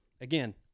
again